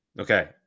Okay